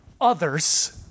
others